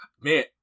Man